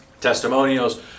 Testimonials